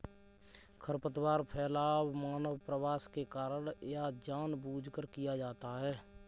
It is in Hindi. खरपतवार फैलाव मानव प्रवास के कारण या जानबूझकर किया जाता हैं